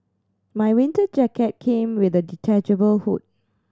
my winter jacket came with a detachable hood